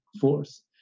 force